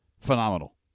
Phenomenal